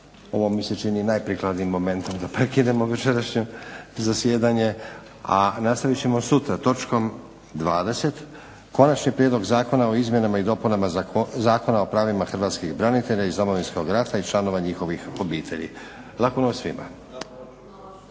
Ovo mi se čini najprikladnijim momentom da prekinemo večerašnje zasjedanje, a nastavit ćemo sutra točkom 20. Konačni prijedlog zakona o izmjenama i dopunama Zakona o pravima hrvatskih branitelja iz Domovinskog rata i članova njihovih obitelji. Laku noć svima.